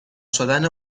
شدن